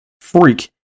freak